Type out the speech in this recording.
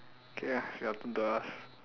K ah it's your turn to ask